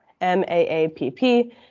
M-A-A-P-P